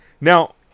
now